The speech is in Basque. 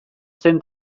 zen